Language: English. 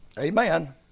Amen